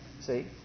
see